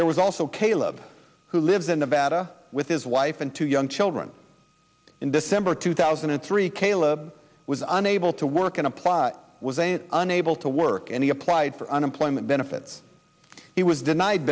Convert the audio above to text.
there was also caleb who lives in the battle with his wife and two young children in december two thousand and three caleb was unable to work in a plot was a unable to work and he applied for unemployment benefits he was denied